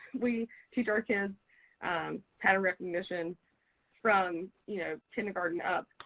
we teach our kids pattern recognition from you know kindergarten up,